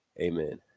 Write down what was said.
Amen